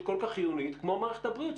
כל כך חיונית כמו מערכת הבריאות.